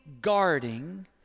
guarding